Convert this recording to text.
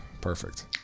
Perfect